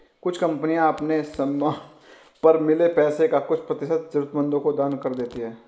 कुछ कंपनियां अपने समान पर मिले पैसे का कुछ प्रतिशत जरूरतमंदों को दान कर देती हैं